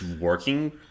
working